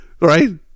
right